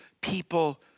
people